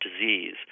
disease